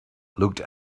looked